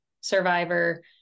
survivor